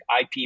IP